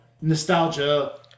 nostalgia